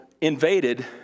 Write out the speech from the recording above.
Invaded